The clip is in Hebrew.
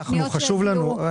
לא, אנחנו חשוב לנו.